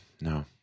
No